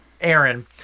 Aaron